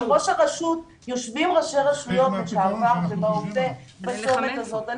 אבל יושבים ראשי רשויות לשעבר ובהווה בצומת הזאת.